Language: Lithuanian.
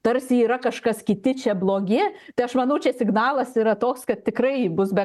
tarsi yra kažkas kiti čia blogi tai aš manau čia signalas yra toks kad tikrai bus be